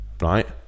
right